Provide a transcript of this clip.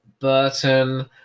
Burton